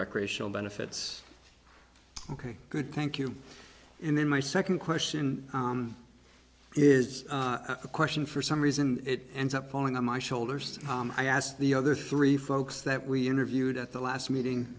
recreational benefits ok good thank you and then my second question is a question for some reason it ends up falling on my shoulders i asked the other three folks that we interviewed at the last meeting